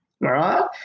right